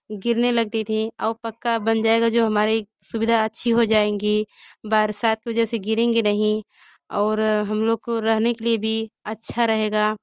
गिरने लगती थी आउ पक्का बन जाएगा जो हमारे सुविधा अच्छी हो जाएंगी बरसात की वजह से गिरेंगी नहीं और हम लोग को रहने के लिए भी अच्छा रहेगा